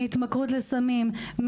מהתמכרות לסמים,